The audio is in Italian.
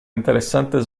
interessante